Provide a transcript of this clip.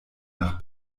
nach